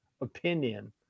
opinion